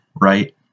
right